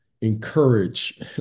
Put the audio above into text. encourage